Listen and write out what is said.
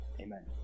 Amen